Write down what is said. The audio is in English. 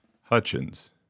Hutchins